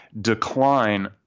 decline